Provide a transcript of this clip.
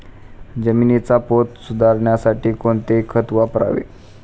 जमिनीचा पोत सुधारण्यासाठी कोणते खत वापरावे?